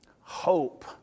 Hope